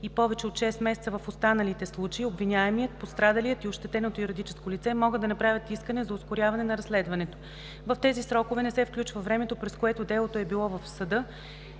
и повече от шест месеца в останалите случаи, обвиняемият, пострадалият и ощетеното юридическо лице могат да направят искане за ускоряване на разследването. В тези срокове не се включва времето, през което делото е било в съда